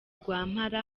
rwampara